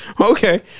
Okay